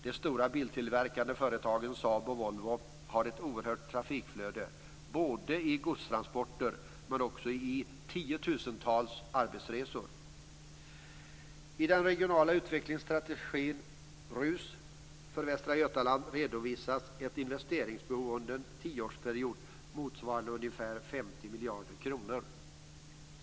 De stora biltillverkande företagen Saab och Volvo har ett oerhört trafikflöde både i godstransporter och i tiotusentals arbetsresor. Västra Götaland redovisas ett investeringsbehov under en tioårsperiod motsvarande ungefär 50 miljarder kronor.